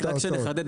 רק שנחדד,